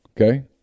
Okay